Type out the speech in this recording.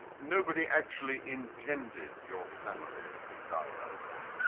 nobody actually intended your families to die like that,